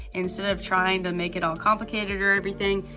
instead of trying to make it all complicated or everything.